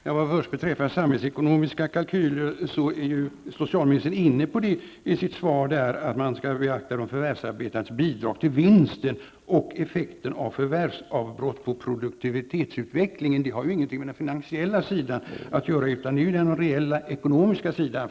Fru talman! Vad beträffar den samhällsekonomiska kalkylen är ju socialministern i sitt svar inne på att man skall beakta de förvärvsarbetandes bidrag till vinsten och effekten av förvärvsavbrott på produktivitetsutvecklingen. Det har ingenting med den finansiella sidan att göra, utan det är den reella ekonomiska sidan.